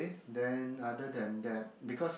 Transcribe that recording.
then other than that because